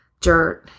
dirt